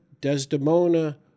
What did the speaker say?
Desdemona